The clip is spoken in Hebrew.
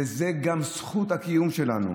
וזאת גם זכות הקיום שלנו.